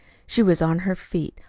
she was on her feet,